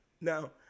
now